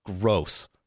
Gross